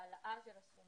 העלאה של הסכום